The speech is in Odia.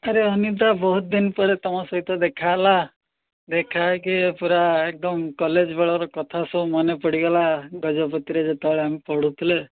ଆରେ ଅନିତା ବହୁତ ଦିନ ପରେ ତୁମ ସହିତ ଦେଖାହଲା ଦେଖା ହୋଇକି ପୁରା ଏକ୍ଦମ୍ କଲେଜ୍ ବେଳର କଥା ସବୁ ମନେ ପଡ଼ିଗଲା ଗଜପତିରେ ଯେତେବେଳେ ଆମେ ପଢ଼ୁଥିଲେ